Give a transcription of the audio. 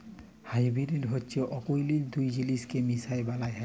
hybrid হছে অকুলীল দুট জিলিসকে মিশায় বালাল হ্যয়